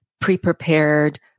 pre-prepared